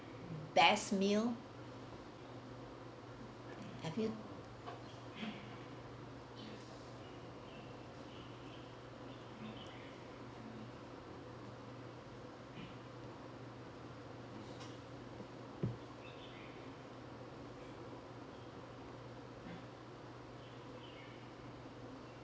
best meal have you